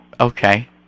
Okay